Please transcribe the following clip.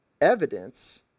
evidence